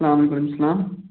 سلام وعلیکُم سلام